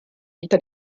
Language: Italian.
vita